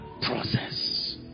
Process